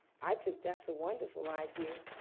i think that's a wonderful idea,